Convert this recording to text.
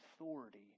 authority